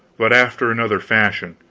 but after another fashion.